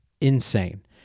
Insane